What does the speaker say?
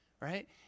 Right